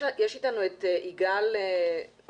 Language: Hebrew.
יש איתנו את יגאל דוכן,